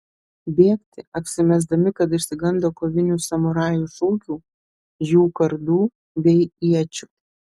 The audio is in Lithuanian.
bėgti apsimesdami kad išsigando kovinių samurajų šūkių jų kardų bei iečių